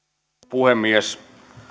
puhemies